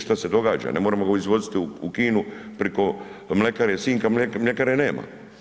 Šta se događa, ne moramo ga izvoziti u Kinu preko mljekare Sinj kad mljekare nema.